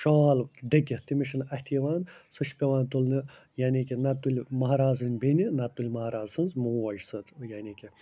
شال ڈٔکِتھ تٔمِس چھِنہٕ اَتھِ یِوان سُہ چھِ پٮ۪وان تُلنہٕ یعنی کہِ نہ تُلہِ مہرازٕنۍ بیٚنہِ نَتہٕ تُلہِ مہراز سٕنٛز موج سُہ یعنی کہِ